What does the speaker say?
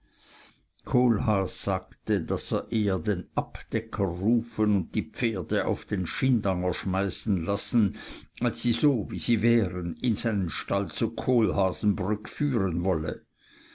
kohlhaas sagte daß er eher den abdecker rufen und die pferde auf den schindanger schmeißen lassen als sie so wie sie wären in seinen stall zu kohlhaasenbrück führen wolle